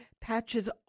patches